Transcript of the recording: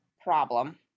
problem